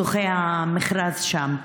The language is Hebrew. זוכי המכרז שם.